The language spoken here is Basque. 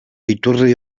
iturri